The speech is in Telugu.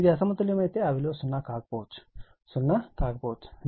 ఇది అసమతుల్యమైతే ఆ విలువ 0 కావచ్చు 0 కాకపోవచ్చు